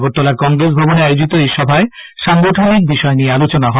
আগরতলার কংগ্রেস ভবনে আয়োজিত এই সভায় সাংগঠনিক বিষয় নিয়ে আলোচনা হয়